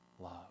love